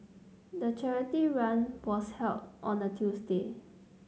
the charity run was held on a Tuesday